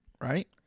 right